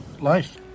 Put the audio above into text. life